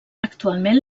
actualment